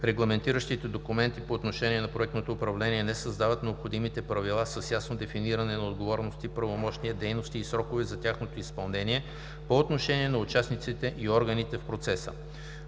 регламентиращите документи по отношение на проектното управление не създават необходимите правила с ясно дефиниране на отговорности, правомощия, дейности и срокове за тяхното изпълнение по отношение на участниците и органите в процеса.